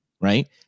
right